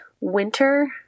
winter